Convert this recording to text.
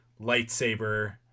lightsaber